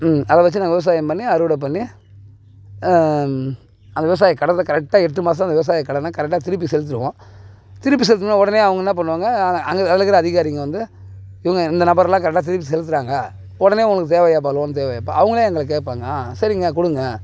ம் அதை வச்சு நாங்கள் விவசாயம் பண்ணி அறுவடை பண்ணி அந்த விவசாயக்கடத்த கரெக்டாக எட்டு மாதம் விவசாயக்கடனை கரெக்டாக திருப்பி செலுத்திடுவோம் திருப்பி செலுத்தின உடனே அவங்க என்ன பண்ணுவாங்க அது அதில் இருக்கிற அதிகாரிங்க வந்து இவங்க இந்த நபர்லாம் கரெக்டாக திருப்பி செலுத்துகிறாங்க உடனே உங்களுக்கு தேவையாப்பா லோன் தேவையாப்பா அவங்களே எங்களை கேட்பாங்க சரிங்க கொடுங்க